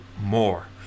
more